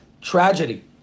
tragedy